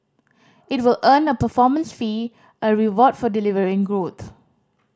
it will earn a performance fee a reward for delivering growth